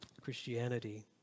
Christianity